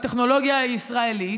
הטכנולוגיה היא ישראלית,